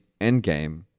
Endgame